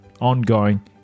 ongoing